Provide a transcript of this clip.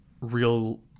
real